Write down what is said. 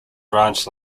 branch